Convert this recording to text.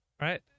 right